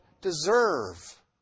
deserve